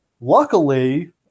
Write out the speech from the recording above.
Luckily